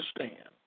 understand